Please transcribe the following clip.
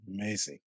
Amazing